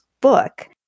book